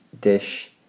dish